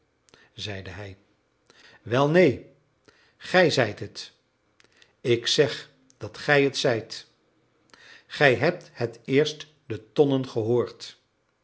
zeide hij wel neen gij zijt het ik zeg dat gij het zijt gij hebt het eerst de tonnen gehoord